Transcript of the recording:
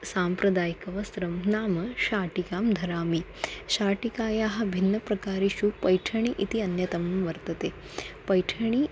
साम्प्रदायिकवस्त्रं नाम शाटिकां धरामि शाटिकायाः भिन्नप्रकारेषु पैठणी इति अन्यतमं वर्तते पैठणी